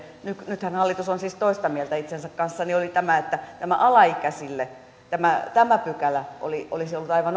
nythän hallitus on siis toista mieltä itsensä kanssa oli tämä että alaikäisille tämä tämä pykälä olisi ollut aivan